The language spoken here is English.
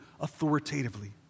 authoritatively